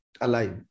alive